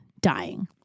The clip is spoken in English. dying